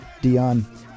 Dion